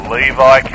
Levi